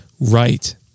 right